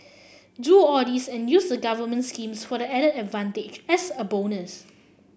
do all this and use the government schemes for the added advantage as a bonus